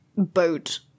Boat